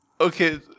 okay